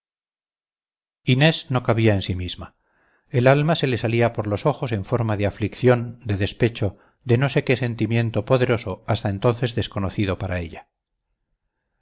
inés no cabía en sí misma el alma se le salía por los ojos en forma de aflicción de despecho de no sé qué sentimiento poderoso hasta entonces desconocido para ella